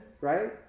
right